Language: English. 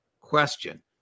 Question